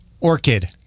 orchid